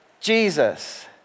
Jesus